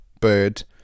bird